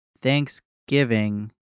Thanksgiving